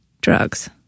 drugs